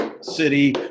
City